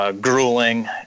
Grueling